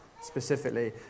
specifically